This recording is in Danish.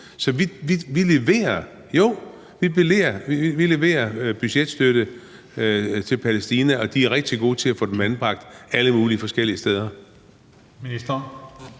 Så vi leverer budgetstøtte til Palæstina, og de er rigtig gode til at få dem anbragt alle mulige forskellige steder.